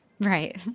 Right